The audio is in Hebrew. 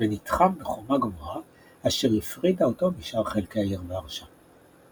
ונתחם בחומה גבוהה אשר הפרידה אותו משאר חלקי העיר ורשה.